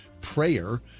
Prayer